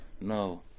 No